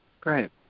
Great